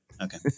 okay